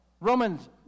Romans